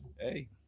hey